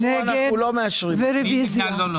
הצבעה בעד רוב גדול אושר.